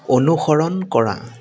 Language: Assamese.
অনুসৰণ কৰা